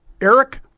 Eric